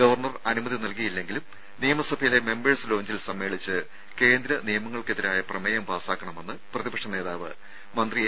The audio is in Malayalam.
ഗവർണർ അനുമതി നൽകിയില്ലെങ്കിലും നിയമസഭയിലെ മെമ്പേഴ്സ് ലോഞ്ചിൽ സമ്മേളിച്ച് കേന്ദ്ര നിയമങ്ങൾക്കെതിരായ പ്രമേയം പാസാക്കണമെന്ന് പ്രതിപക്ഷ നേതാവ് മന്ത്രി എ